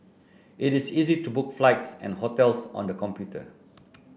it is easy to book flights and hotels on the computer